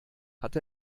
hat